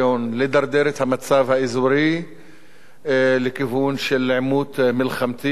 לדרדר את המצב האזורי לכיוון של עימות מלחמתי,